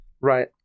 Right